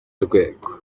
rwego